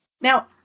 Now